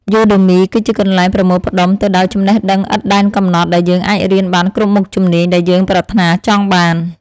យូដឺមី គឺជាកន្លែងប្រមូលផ្តុំទៅដោយចំណេះដឹងឥតដែនកំណត់ដែលយើងអាចរៀនបានគ្រប់មុខជំនាញដែលយើងប្រាថ្នាចង់បាន។